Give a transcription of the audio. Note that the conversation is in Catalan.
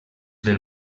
del